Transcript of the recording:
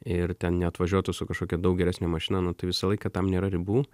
ir ten neatvažiuotų su kažkokia daug geresne mašina nu tai visą laiką tam nėra ribų